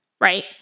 Right